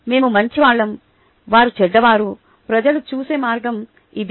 మేము మంచివాళ్ళం వారు చెడ్డవారు ప్రజలు చూసే మార్గం ఇది